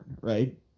right